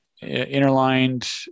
interlined